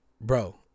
bro